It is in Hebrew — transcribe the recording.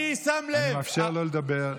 אני מאפשר לו לדבר.